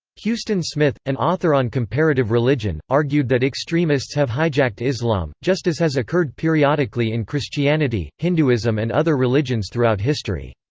huston smith, an author on comparative religion, argued that extremists have hijacked islam, just as has occurred periodically in christianity, hinduism and other religions throughout history.